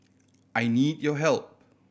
I need your help